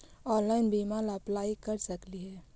Online बीमा ला apply कर सकली हे?